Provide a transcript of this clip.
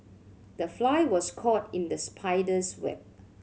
the fly was caught in the spider's web